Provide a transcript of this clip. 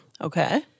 Okay